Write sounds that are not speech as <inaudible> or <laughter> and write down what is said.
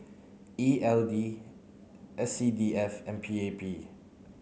E L D S C D F and P A <noise> P